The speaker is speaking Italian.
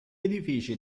edifici